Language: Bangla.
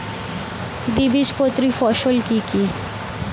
দ্বিবীজপত্রী ফসল কি কি?